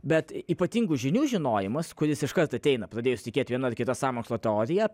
bet ypatingų žinių žinojimas kuris iškart ateina pradėjus tikėti viena ar kita sąmokslo teorija